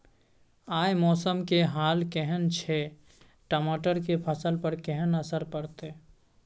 आय मौसम के हाल केहन छै टमाटर के फसल पर केहन असर परतै?